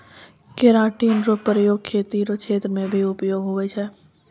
keratin रो प्रयोग खेती रो क्षेत्र मे भी उपयोग हुवै छै